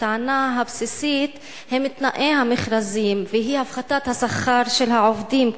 הטענה הבסיסית היא על תנאי המכרזים והפחתת השכר של העובדים.